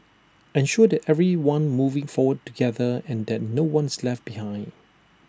ensure that everyone moving forward together and that no one is left behind